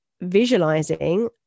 visualizing